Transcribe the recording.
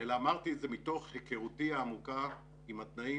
אלא אמרתי את זה מתוך היכרותי העמוקה עם התנאים